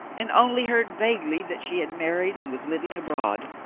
and only heard vaguely that she had married and was living abroad.